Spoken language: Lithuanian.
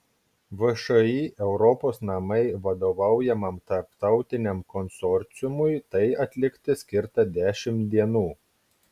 všį europos namai vadovaujamam tarptautiniam konsorciumui tai atlikti skirta dešimt dienų